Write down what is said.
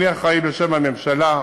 אני אחראי בשם הממשלה,